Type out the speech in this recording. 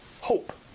hope